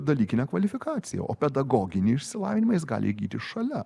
dalykinę kvalifikaciją o pedagoginį išsilavinimą jis gali įgyti šalia